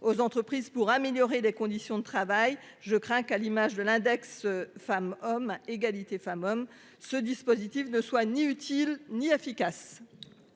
aux entreprises pour améliorer les conditions de travail. Je crains qu'à l'image de l'index, femmes hommes égalité femmes-hommes ce dispositif ne soit ni utile n'inefficace.